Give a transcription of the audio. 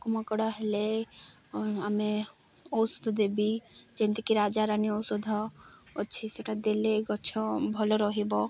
ମକଡ଼ା ହେଲେ ଆମେ ଔଷଧ ଦେବି ଯେମିତିକି ରାଜାରାଣୀ ଔଷଧ ଅଛି ସେଇଟା ଦେଲେ ଗଛ ଭଲ ରହିବ